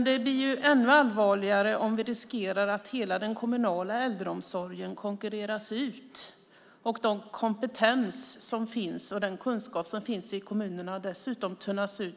Det blir ännu allvarligare om vi riskerar att hela den kommunala äldreomsorgen konkurreras ut och att den kompetens och kunskap som finns i kommunerna dessutom tunnas ut.